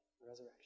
resurrection